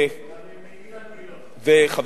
גם עם אילן גילאון.